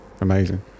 amazing